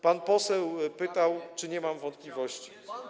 Pan poseł pytał, czy nie mam wątpliwości.